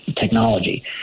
technology